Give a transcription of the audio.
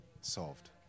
solved